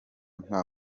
nta